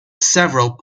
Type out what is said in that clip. several